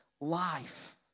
life